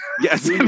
Yes